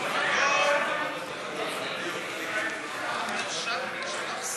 ההצעה להעביר